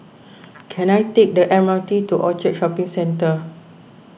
can I take the M R T to Orchard Shopping Centre